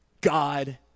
God